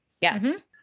Yes